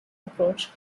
approach